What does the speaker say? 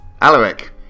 Alaric